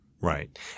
right